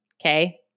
Okay